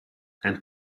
and